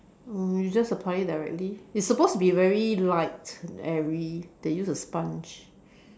oh you just apply it directly it's supposed to be very light and airy they use a sponge